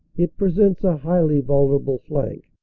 it presents a highly vulnerable flank.